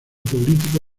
político